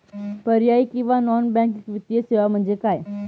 पर्यायी किंवा non banking वित्तीय सेवा म्हणजे काय?